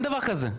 אין דבר כזה,